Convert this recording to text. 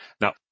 Now